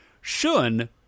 Shun